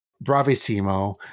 Bravissimo